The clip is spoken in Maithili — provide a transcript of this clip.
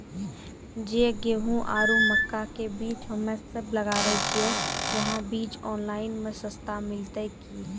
जे गेहूँ आरु मक्का के बीज हमे सब लगावे छिये वहा बीज ऑनलाइन मे सस्ता मिलते की?